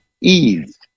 Ease